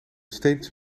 steeds